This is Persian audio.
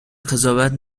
قضاوت